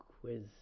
quiz